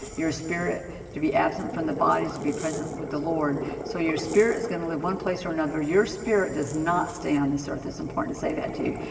your spirit to be absent from the body is to be present with the lord. so your spirit is going to live one place or another. your spirit does not stay on this earth. it's important to say that to you.